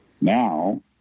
now